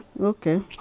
Okay